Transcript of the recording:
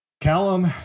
Callum